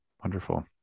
Wonderful